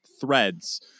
threads